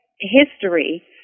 history